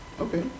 Okay